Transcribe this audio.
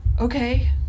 okay